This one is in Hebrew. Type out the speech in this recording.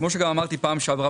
כמו שגם אמרתי בפעם הקודמת,